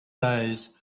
days